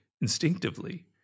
instinctively